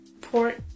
port